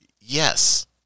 Yes